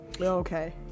Okay